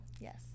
yes